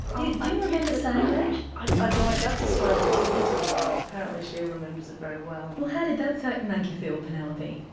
you remember saying that? i don't, that's a story that mum can tell though cause apparently she remembers it very well. well how did that fact make you feel penelope?